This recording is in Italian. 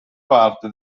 parte